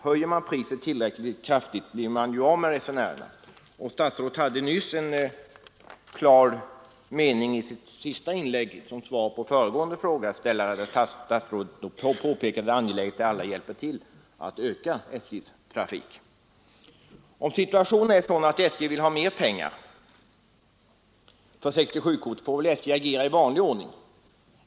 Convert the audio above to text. Om man höjer priset tillräckligt kraftigt blir man naturligtvis av med resenärerna. I sitt svar till den föregående frågeställaren förklarade ju också statsrådet mycket klart att det är angeläget att alla hjälper till att öka SJs trafik. Om situationen är sådan att SJ vill ha mer pengar för 67-kortet får väl SJ agera i vanlig ordning.